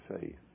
faith